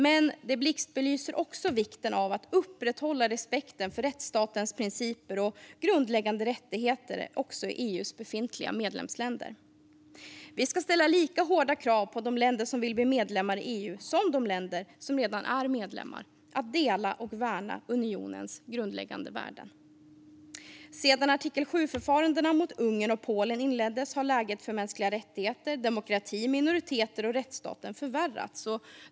Men det blixtbelyser också vikten av att upprätthålla respekten för rättsstatens principer och grundläggande rättigheter även i EU:s befintliga medlemsländer. Vi ska ställa lika hårda krav på de länder som vill bli medlemmar i EU som på de länder som redan är medlemmar att dela och värna unionens grundläggande värden. Sedan artikel 7-förfarandena mot Ungern och Polen inleddes har läget för mänskliga rättigheter, demokrati, minoriteter och rättsstaten förvärrats.